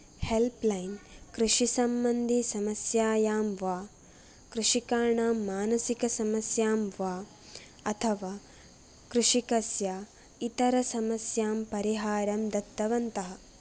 help line कषिसम्बन्धिसमस्यायां वा कृषिकाणां मानसिकसमस्यां वा अथवा कृषकस्य इतरसमस्यां परिहारं दत्तवन्तः